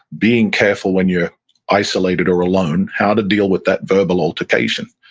being careful when you're isolated or alone, how to deal with that verbal altercation.